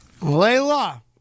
Layla